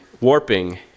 warping